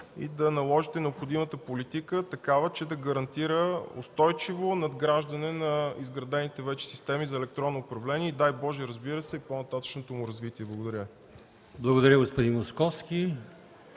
и да наложите необходимата политика такава, че да гарантира устойчиво надграждане на изградените вече системи за електронно управление и, дай Боже, разбира се, по-нататъшното му развитие. Благодаря Ви.